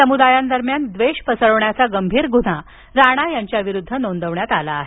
समुदायांदरम्यान द्वेष पसरविण्याचा गंभीर गुन्हा राणा यांच्याविरुद्ध नोंदवण्यात आला आहे